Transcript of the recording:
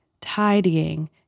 tidying